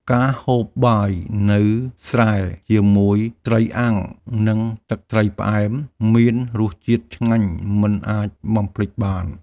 ការហូបបាយនៅស្រែជាមួយត្រីអាំង និងទឹកត្រីផ្អែម មានរសជាតិឆ្ងាញ់មិនអាចបំភ្លេចបាន។